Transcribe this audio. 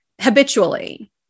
habitually